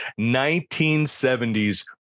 1970s